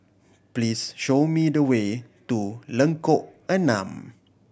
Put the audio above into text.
please show me the way to Lengkok Enam